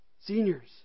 Seniors